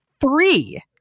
three